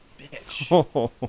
bitch